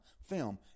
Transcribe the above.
film